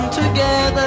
together